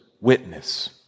witness